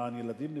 למען ילדים נפגעים,